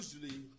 usually